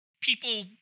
people